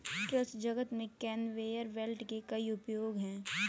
कृषि जगत में कन्वेयर बेल्ट के कई उपयोग हैं